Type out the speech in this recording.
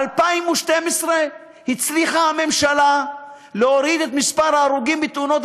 ב-2012 הצליחה הממשלה להוריד את מספר ההרוגים בתאונות